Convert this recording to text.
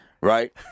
Right